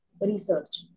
research